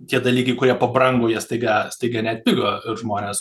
tie dalykai kurie pabrango jie staiga staiga neatpigo ir žmonės